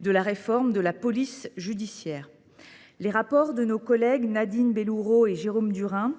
de la réforme de la police judiciaire. Le rapport d’information de Nadine Bellurot et Jérôme Durain,